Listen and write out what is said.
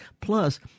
plus